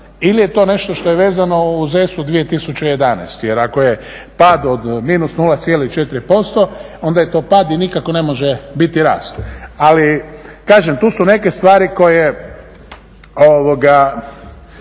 ili je to nešto što je vezano uz ESA-u 2011. Jer ako je pad od -0,4% onda je to pad i nikako ne može biti rast. Ali kažem tu su neke stvari koje